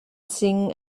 singh